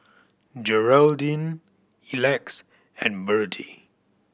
Geraldine Elex and Berdie